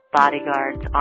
bodyguards